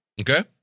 Okay